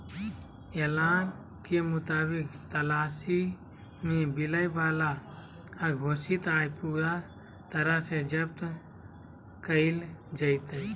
ऐलान के मुताबिक तलाशी में मिलय वाला अघोषित आय पूरा तरह से जब्त कइल जयतय